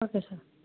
okay sir